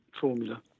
formula